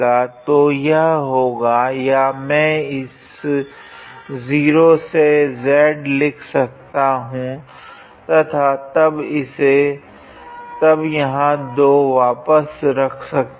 तो यह होगा या मैं इस 0 से z लिख सकता हूँ तथा तब यहाँ 2 वापस रख सकता हूँ